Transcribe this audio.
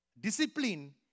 discipline